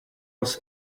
was